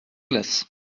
glace